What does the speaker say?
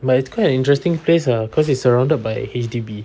but it's quite interesting place ah cause it's surrounded by H_D_B